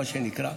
מה שנקרא,